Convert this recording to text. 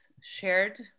shared